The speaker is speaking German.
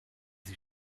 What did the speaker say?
sie